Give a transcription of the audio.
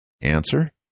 Answer